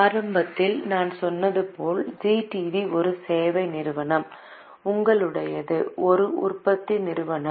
ஆரம்பத்தில் நான் சொன்னது போல் ஜீ டிவி ஒரு சேவை நிறுவனம் உங்களுடையது ஒரு உற்பத்தி நிறுவனம்